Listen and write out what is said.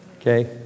okay